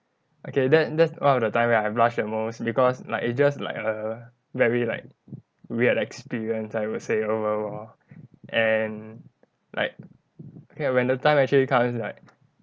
okay that that's one of the time where I blushed at most because like it's just like a very like weird experience I would say overall and like ya when the time actually comes like